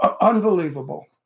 Unbelievable